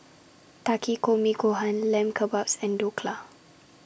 Takikomi Gohan Lamb Kebabs and Dhokla